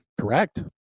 correct